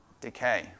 decay